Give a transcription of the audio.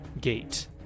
gate